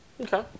Okay